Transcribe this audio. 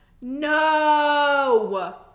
No